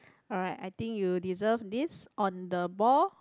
alright I think you deserve this on the ball